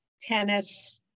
tennis